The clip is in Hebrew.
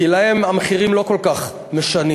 כי להן המחירים לא כל כך משנים,